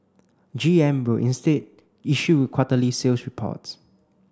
G M will instead issue quarterly sales reports